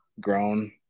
grown